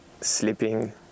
sleeping